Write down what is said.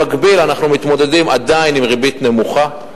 במקביל אנחנו מתמודדים, עדיין, עם ריבית נמוכה.